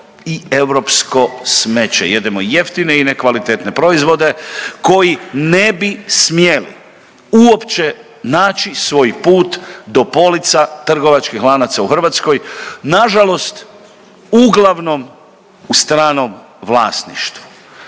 i europsko smeće, jedemo jeftine i nekvalitetne proizvode koji ne bi smjeli uopće naći svoj put do polica trgovačkih lanaca u Hrvatskoj, nažalost uglavnom u stranom vlasništvu.